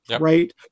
right